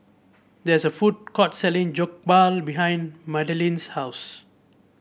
there is a food court selling Jokbal behind Madalynn's house